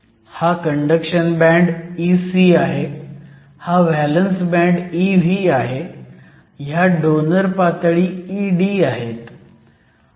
हा conduction band Ec आहे हा व्हॅलंस बँड Ev आहे ह्या डोनर पातळी ED आहेत